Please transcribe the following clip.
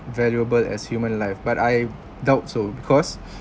valuable as human live but I doubt so because